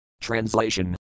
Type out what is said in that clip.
Translation